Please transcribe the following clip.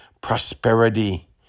prosperity